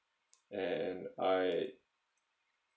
and I